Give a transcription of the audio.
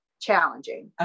challenging